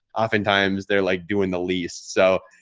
oftentimes they like doing the least. so,